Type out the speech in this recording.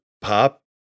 pop